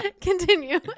Continue